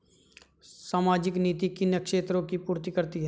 सामाजिक नीति किन क्षेत्रों की पूर्ति करती है?